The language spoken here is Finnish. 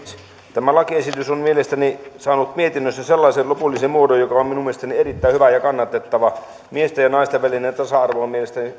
tämä lakiesitys on mielestäni saanut mietinnössä sellaisen lopullisen muodon joka on minun mielestäni erittäin hyvä ja kannatettava miesten ja naisten välinen tasa arvo on mielestäni